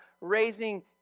raising